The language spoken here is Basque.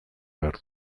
behar